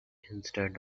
instead